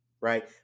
right